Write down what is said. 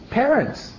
parents